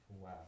Wow